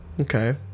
Okay